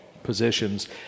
Positions